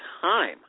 time –